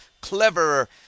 cleverer